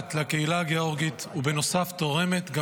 מסייעת לקהילה הגאורגית ובנוסף תורמת גם